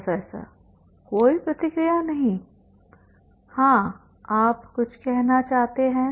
professor कोई प्रतिक्रिया नहीं हाँ आप कुछ कहना चाहते हैं